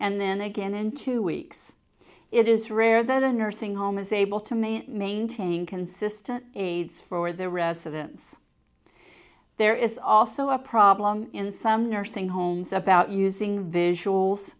and then again in two weeks it is rare that a nursing home is able to may maintain consistent aids for their residence there is also a problem in some nursing homes about using visuals